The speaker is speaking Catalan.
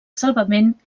salvament